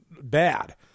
bad